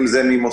אם זה ממוסדות,